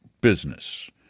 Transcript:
business